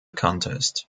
contest